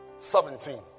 Seventeen